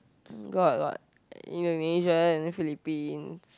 got got Indonesian Philippines